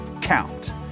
count